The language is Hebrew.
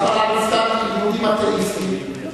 יהודים אתאיסטים,